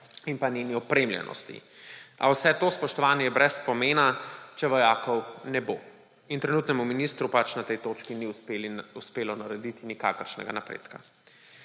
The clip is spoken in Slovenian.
in njeni opremljenosti. A vse to, spoštovani, je brez pomena, če vojakov ne bo. Trenutnemu ministru pač na tej točki ni uspelo narediti nikakršnega napredka.